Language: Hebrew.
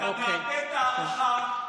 אתה מעוות את ההערכה,